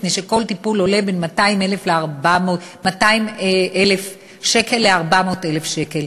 מפני שכל טיפול עולה בין 200,000 שקל ל-400,000 שקל.